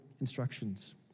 instructions